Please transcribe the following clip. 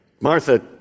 Martha